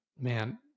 man